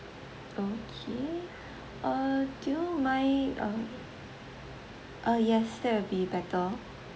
okay uh do you mind uh uh yes that will be better